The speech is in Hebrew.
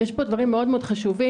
יש פה דברים מאוד-מאוד חשובים,